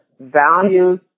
values